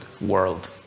world